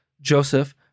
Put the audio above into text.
Joseph